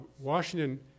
Washington